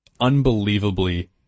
unbelievably